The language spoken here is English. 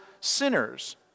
sinners